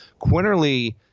Quinterly